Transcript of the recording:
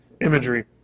imagery